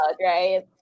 right